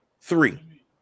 three